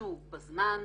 הוגשו בזמן,